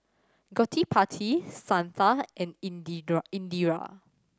Gottipati Santha and Indira